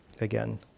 again